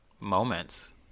moments